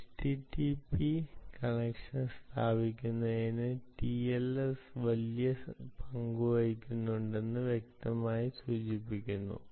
http connection സ്ഥാപിക്കുന്നതിൽ TLS വലിയ പങ്കുവഹിക്കുന്നുവെന്ന് വ്യക്തമായി സൂചിപ്പിക്കുന്നു